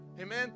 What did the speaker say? Amen